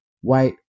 white